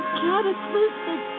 cataclysmic